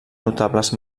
notables